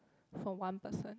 for one person